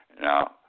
Now